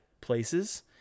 places